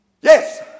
Yes